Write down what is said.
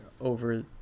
over